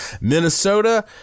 Minnesota